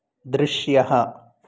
दृश्यः